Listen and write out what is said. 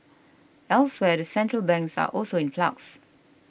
elsewhere the central banks are also in flux